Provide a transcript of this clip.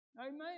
Amen